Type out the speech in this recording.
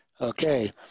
Okay